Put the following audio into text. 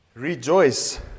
Rejoice